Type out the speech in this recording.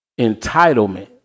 entitlement